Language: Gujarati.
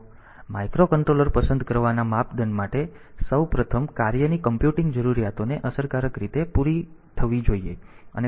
તેથી માઇક્રોકંટ્રોલર પસંદ કરવાના માપદંડ માટે સૌ પ્રથમ કાર્યની કમ્પ્યુટિંગ જરૂરિયાતોને અસરકારક રીતે પુરી કરવી જોઈએ અને ખર્ચ અસરકારક રીતે કરવો જોઈએ